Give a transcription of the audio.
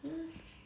mm